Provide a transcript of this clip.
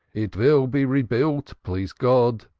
it will be rebuilt, please god,